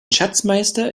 schatzmeister